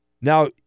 Now